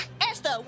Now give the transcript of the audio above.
Esther